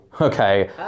okay